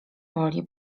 woli